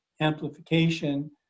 amplification